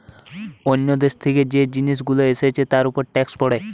অন্য দেশ থেকে যে জিনিস গুলো এসছে তার উপর ট্যাক্স পড়ে